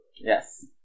yes